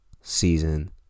season